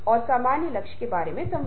और बातचीत के संदर्भ में प्रो